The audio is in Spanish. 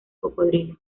cocodrilo